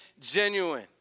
genuine